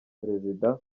perezida